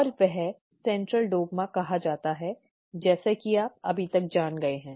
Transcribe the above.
और वह Central Dogma कहा जाता है जैसा कि आप अभी तक जान गए हैं